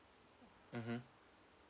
mmhmm